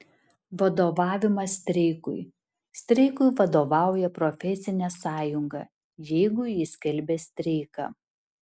vadovavimas streikui streikui vadovauja profesinė sąjunga jeigu ji skelbia streiką